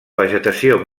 vegetació